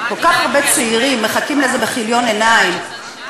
כל כך הרבה צעירים מחכים לזה בכיליון עיניים.